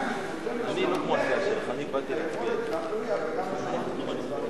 את היכולת להכריע וגם לשנות את הצבעתו.